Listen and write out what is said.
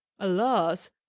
alas